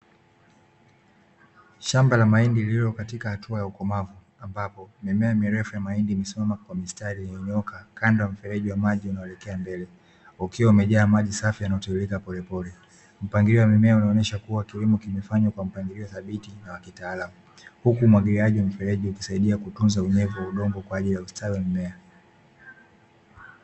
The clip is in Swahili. Shamba la mahindi lililo katika hatua ya ukomavu ambapo mimea mirefu ya mahindi, imesimama kwa mistari iliyonyooka kando ya mfereji wa maji unaoelekea mbele ukiwa umejaa maji safi yanayotiririka polepole; mpangilio wa mimea unaonesha kuwa kilimo kimefanywa kwa mpangilio thabiti na wakitaalamu, huku umwagiliaji wa mfereji ukisaidia kutunza unyevu wa udongo kwa ajili ya ustawi wa mimea.